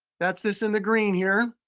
that's this in the green here.